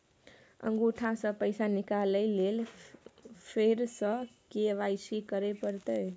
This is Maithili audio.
अंगूठा स पैसा निकाले लेल फेर स के.वाई.सी करै परतै?